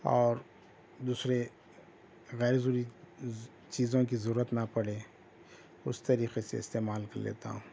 اور دوسرے غیر ضروری چیزوں کی ضرورت نہ پڑے اس طریقے سے استعمال کر لیتا ہوں